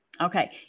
Okay